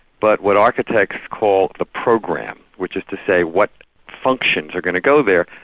but what architects call the program, which is to say what functions are going to go there,